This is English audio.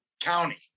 county